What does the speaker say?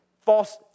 false